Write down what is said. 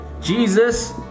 Jesus